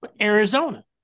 Arizona